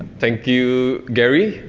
thank you, gary,